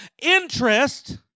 interest